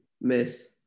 miss